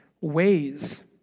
ways